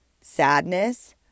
sadness